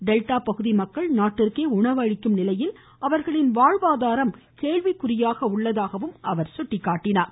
delta பகுதி மக்கள் நாட்டிற்கே உணவு அளிக்கும் நிலையில் அவர்களின் வாழ்வாதாரம் கேள்விக்குறியாக உள்ளதாகவும் அவர் குறிப்பிட்டார்